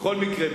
בכל מקרה,